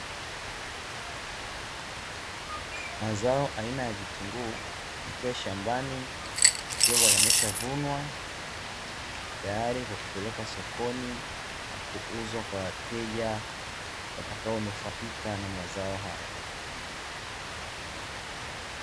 Mazao aina ya vitunguu yakiwa shambani ikiwa yameshavunwa, tayari kwa kupelekwa sokoni na kuuzwa kwa wateja watakaonufaika na mazao hayo